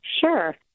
Sure